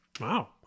Wow